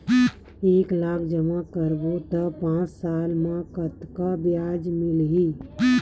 एक लाख जमा करबो त पांच साल म कतेकन ब्याज मिलही?